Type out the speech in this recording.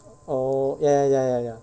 oh ya ya ya ya ya